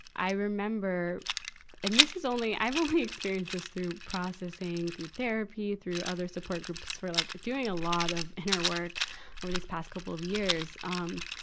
i remember and this is only, i've only experienced this through processing, through therapy, through other support groups for like doing a lot of inner work over these past couple years, um,